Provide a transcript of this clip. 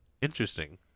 Interesting